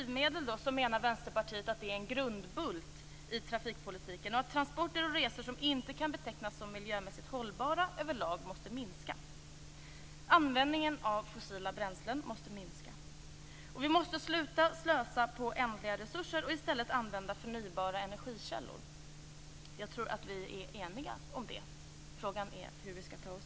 Vänsterpartiet menar att drivmedlen är en grundbult i trafikpolitiken. Transporter och resor som inte kan betecknas som miljömässigt hållbara måste minska över lag. Användningen av fossila bränslen måste också minska. Vi måste sluta slösa på ändliga resurser och i stället använda förnybara energikällor. Jag tror att vi är eniga om det. Frågan är hur vi skall ta oss dit.